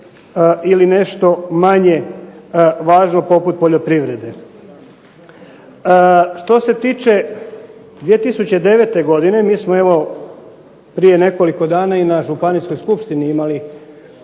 ili nešto manje, važno poput poljoprivrede. Što se tiče 2009. godine mi smo evo prije nekoliko dana i na županijskoj skupštini imali